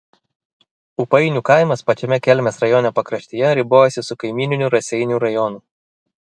ūpainių kaimas pačiame kelmės rajono pakraštyje ribojasi su kaimyniniu raseinių rajonu